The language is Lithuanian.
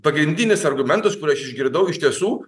pagrindinis argumentas kurį aš išgirdau iš tiesų